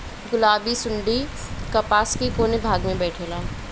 गुलाबी सुंडी कपास के कौने भाग में बैठे ला?